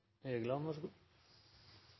Grande, vær så god.